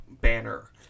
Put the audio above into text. banner